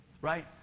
right